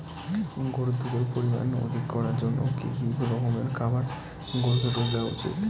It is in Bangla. গরুর দুধের পরিমান অধিক করার জন্য কি কি রকমের খাবার গরুকে রোজ দেওয়া উচিৎ?